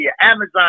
Amazon